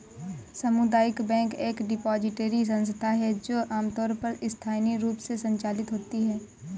सामुदायिक बैंक एक डिपॉजिटरी संस्था है जो आमतौर पर स्थानीय रूप से संचालित होती है